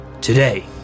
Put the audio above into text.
Today